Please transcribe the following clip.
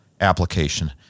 application